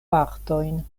partojn